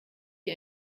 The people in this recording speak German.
die